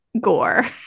gore